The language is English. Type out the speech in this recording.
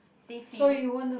they feel